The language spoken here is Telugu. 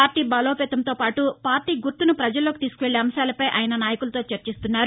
పార్టీ బలోపేతంతో పాటు పార్టీ గుర్తును పజల్లోకి తీసుకెళ్లే అంశాలపై ఆయన నాయకులతో చర్చిస్తున్నారు